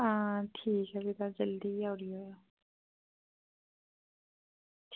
आं ठीक ऐ भी तां जल्दी गै उठी आयो